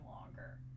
longer